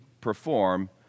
perform